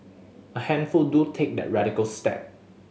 a handful do take that radical step